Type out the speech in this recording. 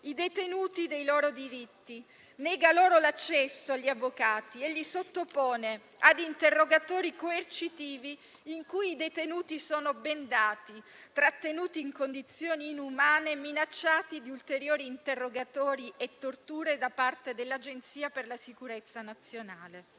i detenuti dei loro diritti, nega loro l'accesso agli avvocati e li sottopone a interrogatori coercitivi in cui sono bendati, trattenuti in condizioni inumane e minacciati di ulteriori interrogatori e torture da parte dell'agenzia di sicurezza nazionale.